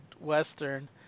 Western